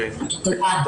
תודה.